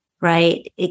Right